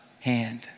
hand